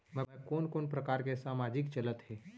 मैं कोन कोन प्रकार के सामाजिक चलत हे?